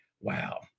Wow